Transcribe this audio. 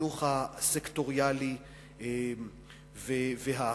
החינוך הסקטוריאלי והאחר.